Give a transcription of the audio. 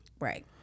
right